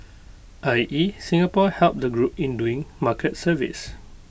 I E Singapore helped the group in doing market surveys